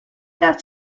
that